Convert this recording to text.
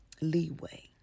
leeway